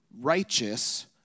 righteous